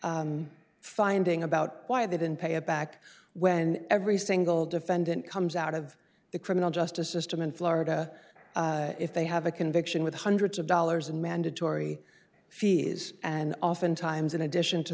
specific finding about why they didn't pay it back when every single defendant comes out of the criminal justice system in florida if they have a conviction with hundreds of dollars in mandatory fees and oftentimes in addition to